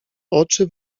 oczy